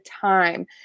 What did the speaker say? time